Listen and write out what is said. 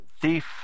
thief